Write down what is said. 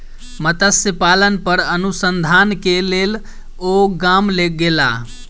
मत्स्य पालन पर अनुसंधान के लेल ओ गाम गेला